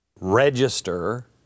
Register